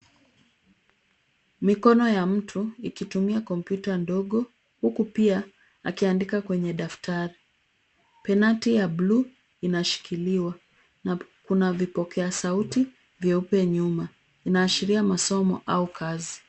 Mikono ya mtu ikitumia kompyuta ndogo, huku pia akiandika kwenye daftari. Penati ya buluu inashikiliwa na kuna vipokea sauti vyeupe nyuma. Inaashiria masomo au kazi.